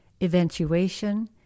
eventuation